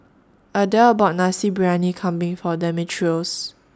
Adelle bought Nasi Briyani Kambing For Demetrios